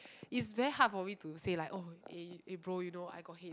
is very hard for me say like oh eh April you know I got head~